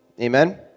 amen